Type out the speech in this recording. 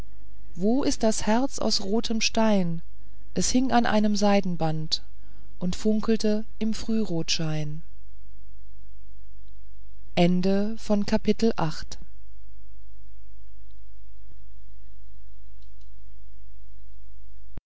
wo ist das herz aus rotem stein es hing an einem seidenbande und funkelte im frührotschein